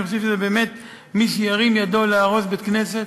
אני חושב שבאמת מי שירים ידו להרוס בית-כנסת,